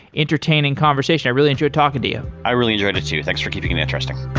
entertaining conversation. i really enjoyed talking to you i really enjoyed it too. thanks for keeping it interesting